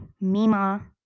Mima